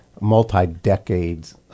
multi-decades